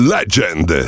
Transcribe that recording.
Legend